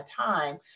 time